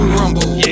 rumble